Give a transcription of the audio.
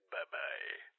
Bye-bye